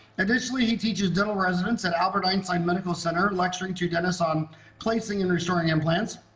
additionally he teaches dental residents at albert einstein medical center lecturing to dentists on placing and restoring implants.